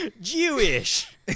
Jewish